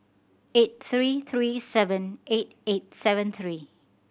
eight three three seven eight eight seven three